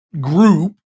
group